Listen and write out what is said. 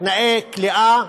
תנאי כליאה,